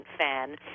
fan